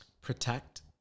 protect